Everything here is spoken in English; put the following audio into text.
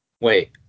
wait